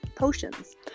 potions